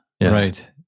Right